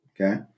okay